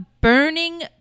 burning